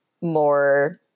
more